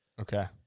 Okay